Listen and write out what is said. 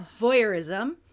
voyeurism